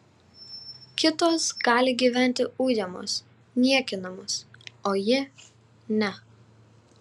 kitos gali gyventi ujamos niekinamos o ji ne